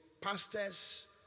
pastors